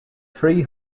three